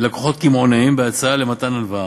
ללקוחות קמעונאיים בהצעה למתן הלוואה.